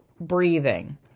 breathing